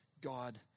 God